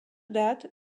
that